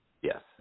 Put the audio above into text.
Yes